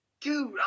Dude